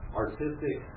artistic